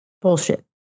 Bullshit